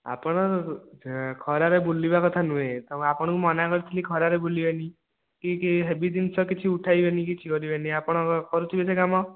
ଆପଣ ଖରାରେ ବୁଲିବା କଥା ନୁହେଁ ତେଣୁ ଆପଣଙ୍କୁ ମନା କରିଥିଲି ଖରାରେ ବୁଲିବେନି କି କି ହେବି ଜିନିଷ କିଛି ଉଠାଇବେନି କିଛି କରିବେନି ଆପଣ କ କରୁଥିବେ ସେ କାମ